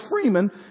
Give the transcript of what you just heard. Freeman